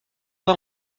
pas